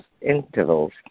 intervals